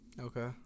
Okay